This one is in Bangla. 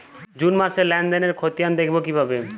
জুন মাসের লেনদেনের খতিয়ান দেখবো কিভাবে?